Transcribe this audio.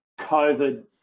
COVID